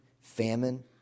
famine